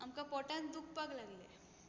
आमकां पोटान दुखपाक लागलें